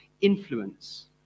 influence